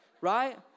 right